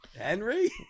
Henry